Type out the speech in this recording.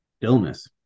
illness